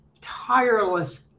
tireless